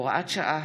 הוראת שעה),